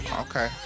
Okay